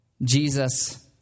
Jesus